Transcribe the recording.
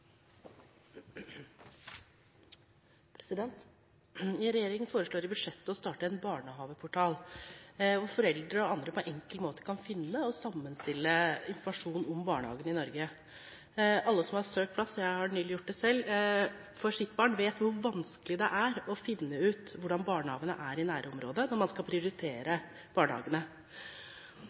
Regjeringen foreslår i budsjettet å starte en barnehageportal hvor foreldre og andre på en enkel måte kan finne og sammenstille informasjon om barnehager i Norge. Alle som har søkt plass for sitt barn – jeg har nylig gjort det selv – vet hvor vanskelig det er å finne ut hvordan barnehagene i nærområdet er når man skal prioritere mellom barnehagene.